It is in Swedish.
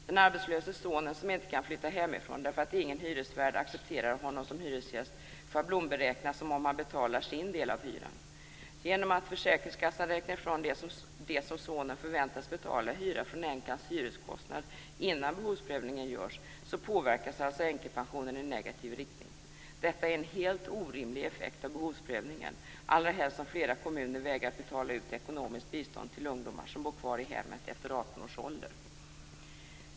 Den arbetslöse sonen som inte kan flytta hemifrån därför att ingen hyresvärd accepterar honom som hyresgäst schablonberäknas som om han betalar sin del av hyran. Genom att försäkringskassan räknar ifrån det som sonen förväntas betala i hyra från änkans hyreskostnad innan behovsprövningen görs påverkas alltså änkepensionen i negativ riktning. Detta är en helt orimlig effekt av behovsprövningen, allra helst som flera kommuner vägrar att betala ut ekonomiskt bistånd till ungdomar som bor kvar i hemmet efter 18 års ålder.